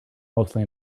mostly